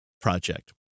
project